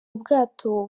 ubwato